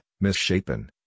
misshapen